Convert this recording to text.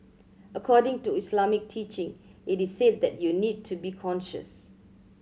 according to Islamic teaching it is said that you need to be conscious